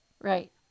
Right